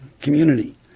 community